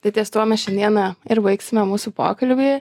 tai ties tuo mes šiandieną ir baigsime mūsų pokalbį